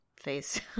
face